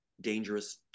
dangerous